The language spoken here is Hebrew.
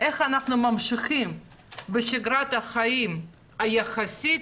איך אנחנו ממשיכים בשגרת החיים היחסית